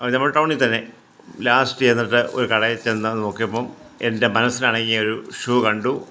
അത് നമ്മുടെ ടൗണി തന്നെ ലാസ്റ്റ് ചെന്നിട്ട് ഒരു കടയിൽ ചെന്ന് നോക്കിയപ്പം എൻ്റെ മനസ്സിന് ഇണങ്ങിയൊരു ഷൂ കണ്ടു